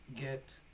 get